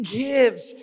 gives